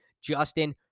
Justin